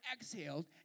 exhaled